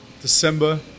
December